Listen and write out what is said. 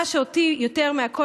מה שמטריד אותי יותר מהכול,